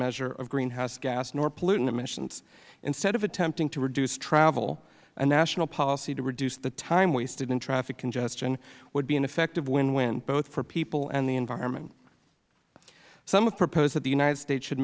measure of greenhouse gas nor pollutant emissions instead of attempting to reduce travel a national policy to reduce the time wasted in traffic congestion would be an effective win win both for people and the environment some have proposed that the united states should